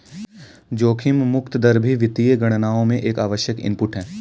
जोखिम मुक्त दर भी वित्तीय गणनाओं में एक आवश्यक इनपुट है